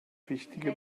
wichtige